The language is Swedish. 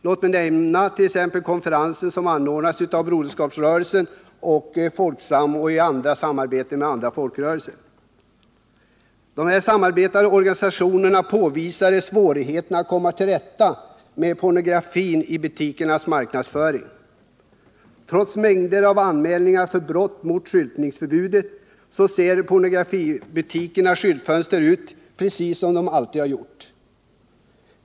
Låt mig som exempel nämna den konferens som anordnades av Broderskapsrörelsen och Folksam i samarbete med andra folkrörelser. De samarbetande organisationerna påvisade svårigheterna att komma till rätta med butikernas marknadsföring av pornografin. Trots mängder av anmälningar för brott mot skyltningsförbudet ser pornografibutikernas skyltfönster ut precis som de alltid har gjort.